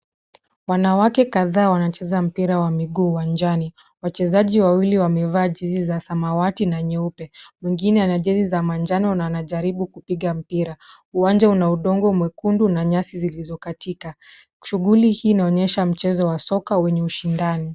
Wanawake kadhaa wanacheza mpira wa miguu uwanjani. Wachezaji wawili wamevaa jezi za samawati na nyeupe. Mwengine ana jezi za manjano na anajaribu kupiga mpira. Uwanja una udongo mwekundu na nyasi zilizokatika. Shughuli hii inaonyesha mchezo wa soka wenye ushindani